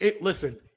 Listen